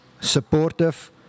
supportive